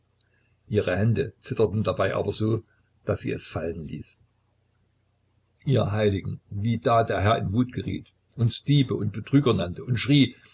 ihre hände zitterten dabei aber so daß sie es fallen ließ ihr heiligen wie da der herr in wut geriet uns diebe und betrüger nannte und schrie